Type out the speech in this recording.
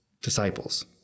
disciples